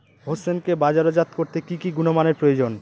হোসেনকে বাজারজাত করতে কি কি গুণমানের প্রয়োজন?